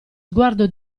sguardo